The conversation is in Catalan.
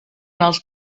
els